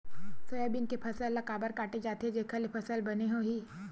Soybean के फसल ल काबर काटे जाथे जेखर ले फसल बने होही?